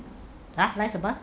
!huh! 来什么